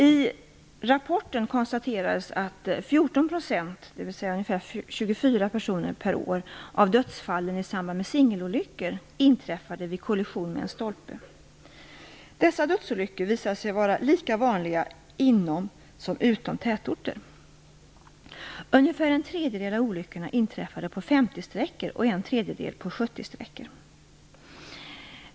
I rapporten konstaterades att 14 %, dvs. 24 personer per år, av dödsfallen i samband med singelolyckor inträffade vid kollision med en stolpe. Dessa dödsolyckor visade sig vara lika vanliga inom som utom tätorter. Ungefär en tredjedel av olyckorna inträffade på 50-sträckor och en tredjedel på 70-sträckor.